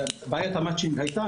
שבעיית המצ'ינג הייתה,